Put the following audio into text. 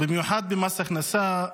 במיוחד במס הכנסה,